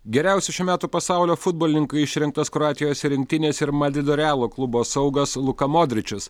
geriausiu šių metų pasaulio futbolininku išrinktas kroatijos rinktinės ir madrido realo klubo saugas luka modričius